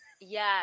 Yes